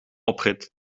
oprit